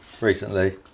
recently